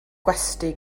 gwesty